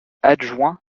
adjoint